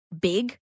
big